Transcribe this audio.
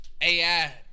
AI